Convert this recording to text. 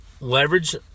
leverage